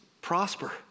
prosper